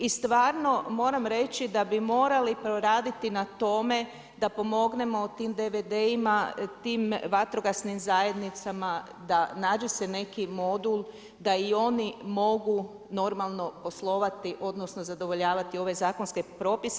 I stvarno moram reći da bi morali poraditi na tome da pomognemo tim DVD-ima, tim vatrogasnim zajednicama da nađe se neki modul da i oni mogu normalno poslovati odnosno, zadovoljavati ove zakonske propise.